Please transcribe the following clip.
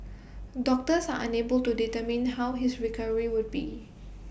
doctors are unable to determine how his recovery would be